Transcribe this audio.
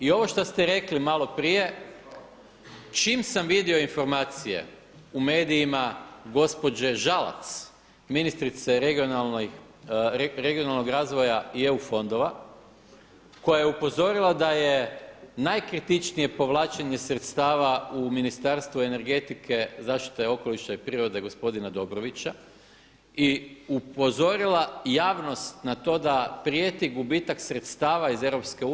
I ovo što ste rekli malo prije, čim sam vidio informacije u medijima gospođe Žalac, ministrice regionalnog razvoja i EU fondova koja je upozorila da je najkritičnije povlačenje sredstava u Ministarstvu energetike, zaštite okoliša i prirode gospodina Dobrovića i upozorila javnost na to da prijeti gubitak sredstava iz EU.